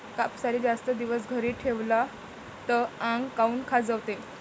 कापसाले जास्त दिवस घरी ठेवला त आंग काऊन खाजवते?